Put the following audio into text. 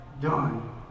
done